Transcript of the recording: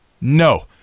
no